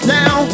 now